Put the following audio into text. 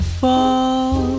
fall